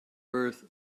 earth